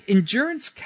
Endurance